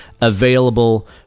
available